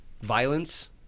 Violence